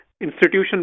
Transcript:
institution